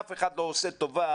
אף אחד לא עושה טובה